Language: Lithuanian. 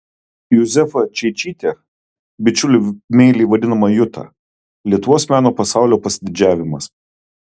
juzefa čeičytė bičiulių meiliai vadinama juta lietuvos meno pasaulio pasididžiavimas